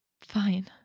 Fine